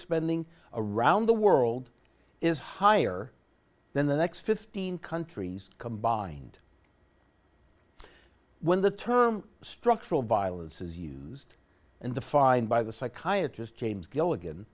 spending around the world is higher than the next fifteen countries combined when the term structural violence is used and defined by the psychiatrist james gilligan